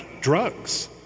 drugs